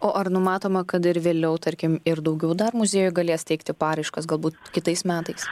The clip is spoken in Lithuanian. o ar numatoma kad ir vėliau tarkim ir daugiau dar muziejų galės teikti paraiškas galbūt kitais metais